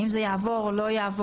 האם זה יעבור או לא יעבור,